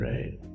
Right